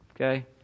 okay